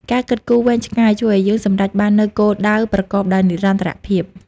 ការគិតគូរវែងឆ្ងាយ ជួយឱ្យយើងសម្រេចបាននូវគោលដៅប្រកបដោយនិរន្តរភាព។